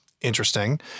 interesting